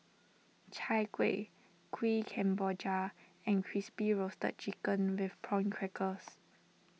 Chai Kueh Kuih Kemboja and Crispy Roasted Chicken with Prawn Crackers